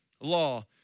law